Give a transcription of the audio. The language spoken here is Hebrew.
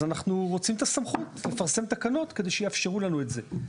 אז אנחנו רוצים את הסמכות לפרסם תקנות כדי שיאפשרו לנו את זה.